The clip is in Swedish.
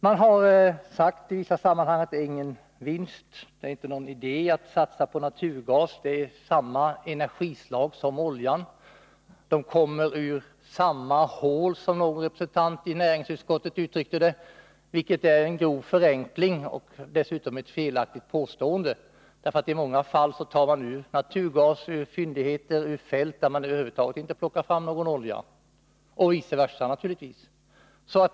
Man har sagt i vissa sammanhang att det inte är någon idé att satsa på naturgas, eftersom det är samma energislag som olja. Man menar att olja och gas kommer ”ur samma hål”, som någon representant i näringsutskottet uttryckte saken, vilket är en grov förenkling och dessutom ett felaktigt påstående. Man tar nämligen i många fall ut naturgas ur fyndigheter i fält där man över huvud taget inte tar ut någon olja — och vice versa naturligtvis.